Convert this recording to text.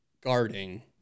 guarding